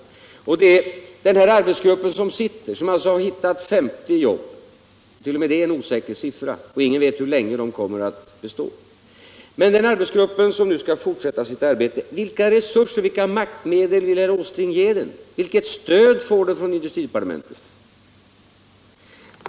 Det gäller den arbetsgrupp som sitter, som har hittat 50 jobb — t.o.m. det är en osäker siffra och ingen vet hur länge jobben kommer att bestå — och som skall fortsätta sitt arbete. Vilka resurser och vilka maktmedel vill herr Åsling ge gruppen? Vilket stöd får den från industridepartementet?